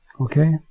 Okay